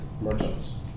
merchants